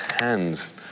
hands